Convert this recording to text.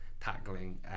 tackling